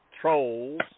trolls